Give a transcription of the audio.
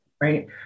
right